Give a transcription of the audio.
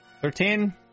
Thirteen